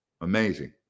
amazing